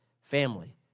family